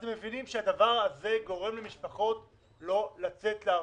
אתם מבינים שהדבר הזה גורם למשפחות לא לצאת לעבוד.